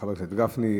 חבר הכנסת גפני.